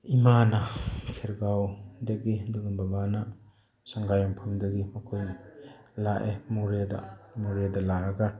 ꯏꯃꯥꯅ ꯈꯦꯔꯒꯥꯎꯗꯒꯤ ꯑꯗꯨꯒ ꯕꯕꯥꯅ ꯁꯪꯉꯥꯏ ꯌꯨꯝꯐꯝꯗꯒꯤ ꯃꯈꯣꯏ ꯂꯥꯛꯑꯦ ꯃꯣꯔꯦꯗ ꯃꯣꯔꯦꯗ ꯂꯥꯛꯑꯒ